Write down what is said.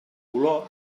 olor